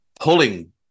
pulling